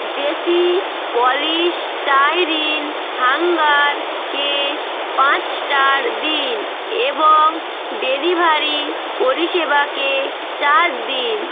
JC polystyrene হ্যাঙ্গারকে পাঁচ star দিন এবং ডেলিভারি পরিষেবাকে চার দিন